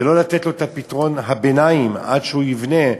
ולא לתת לו פתרון ביניים עד שהוא יבנה,